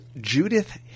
Judith